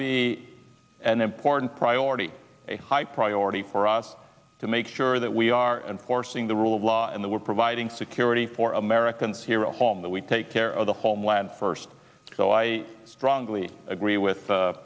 be an important priority a high priority for us to make sure that we aren't forcing the rule of law and that we're providing security for americans here at home that we take care of the homeland first so i strongly agree with